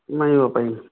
কিমান দিব পাৰিব